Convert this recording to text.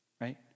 Right